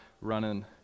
running